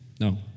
No